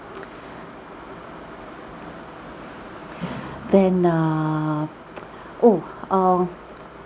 then err oh uh